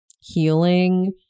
healing